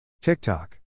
TikTok